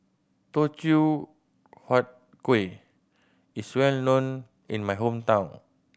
Teochew Huat Kueh is well known in my hometown